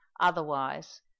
otherwise